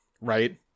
right